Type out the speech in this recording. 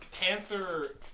Panther